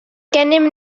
gennym